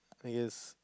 I guess